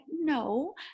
no